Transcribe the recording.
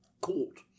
Court